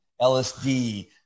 LSD